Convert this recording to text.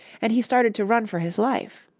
and he started to run for his life.